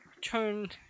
turn